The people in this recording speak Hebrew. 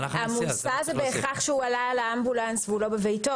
המוסע זה בהכרח שהוא עלה על האמבולנס והוא לא בביתו,